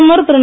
பிரதமர் திரு